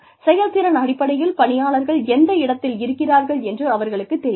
செயல்திறன் அடிப்படையில் பணியாளர்கள் எந்த இடத்தில் இருக்கிறார்கள் என்று அவர்களுக்குத் தெரியாது